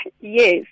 Yes